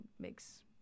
makes